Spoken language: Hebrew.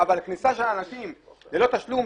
אבל הכניסה של אנשים ללא תשלום,